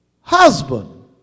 husband